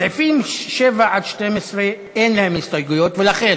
סעיפים 7 12, אין הסתייגויות, ולכן